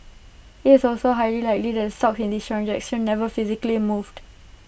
IT is also highly likely that the stocks in these transactions never physically moved